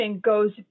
goes